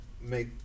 make